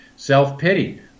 self-pity